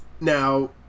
Now